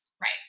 Right